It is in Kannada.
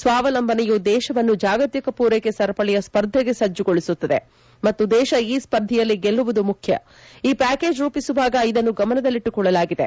ಸ್ವಾವಲಂಬನೆಯು ದೇಶವನ್ನು ಜಾಗತಿಕ ಪೂರ್ನೆಕೆ ಸರಪಳಿಯ ಸ್ತರ್ಧೆಗೆ ಸಜ್ನಗೊಳಿಸುತ್ತದೆ ಮತ್ತು ದೇಶ ಈ ಸ್ಪರ್ಧೆಯಲ್ಲಿ ಗೆಲ್ಲುವುದು ಮುಖ್ಯ ಈ ಪ್ಯಾಕೇಜ್ ರೂಪಿಸುವಾಗ ಇದನ್ನು ಗಮನದಲ್ಲಿಟ್ಸುಕೊಳ್ಳಲಾಗಿದೆ